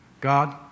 God